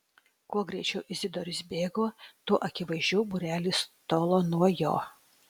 kuo greičiau izidorius bėgo tuo akivaizdžiau būrelis tolo nuo jo